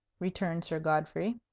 returned sir godfrey.